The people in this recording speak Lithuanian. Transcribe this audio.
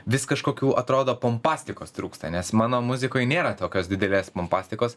vis kažkokių atrodo pompastikos trūksta nes mano muzikoj nėra tokios didelės pompastikos